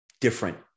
different